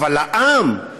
אבל לעם,